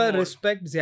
respect